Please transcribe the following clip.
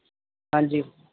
ਹਾਂਜੀ